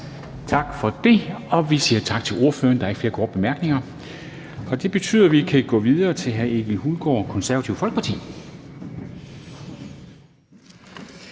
Tak for det, og vi siger tak til ordføreren. Der er ikke flere korte bemærkninger. Det betyder, at vi kan gå videre til hr. Egil Hulgaard, Konservative Folkeparti.